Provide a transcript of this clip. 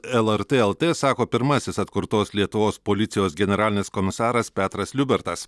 lrt lt sako pirmasis atkurtos lietuvos policijos generalinis komisaras petras liubertas